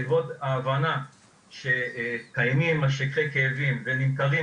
בעקבות ההבנה שקיימים משככי כאבים ונמכרים